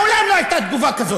מעולם לא הייתה תגובה כזאת.